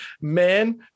man